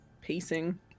pacing